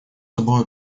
собою